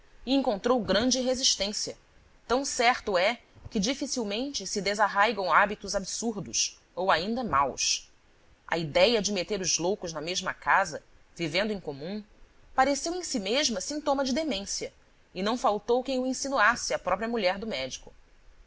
encontrou grande resistência tão certo é que dificilmente se desarraigam hábitos absurdos ou ainda maus a idéia de meter os loucos na mesma casa vivendo em comum pareceu em si mesma sintoma de demência e não faltou quem o insinuasse à própria mulher do médico